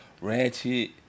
Ratchet